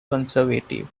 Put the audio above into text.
conservative